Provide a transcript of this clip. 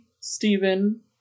Stephen